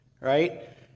right